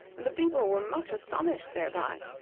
and the people were much astonished thereby.